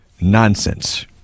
nonsense